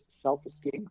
self-esteem